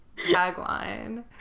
tagline